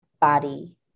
body